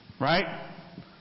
Right